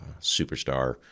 superstar